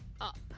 up